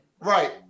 Right